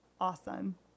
Awesome